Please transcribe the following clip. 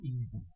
easy